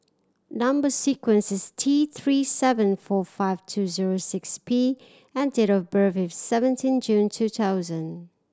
number sequence is T Three seven four five two zero six P and date of birth is seventeen June two thousand